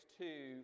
two